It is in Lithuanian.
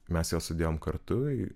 mes juos sudėjom kartu į